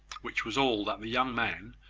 which was all that the young man,